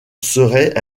serait